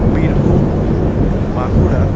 Birbhum Bankura